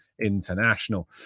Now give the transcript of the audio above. international